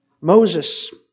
Moses